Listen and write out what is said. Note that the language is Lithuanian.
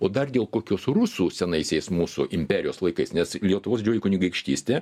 o dar dėl kokios rusų senaisiais mūsų imperijos laikais nes lietuvos didžioji kunigaikštystė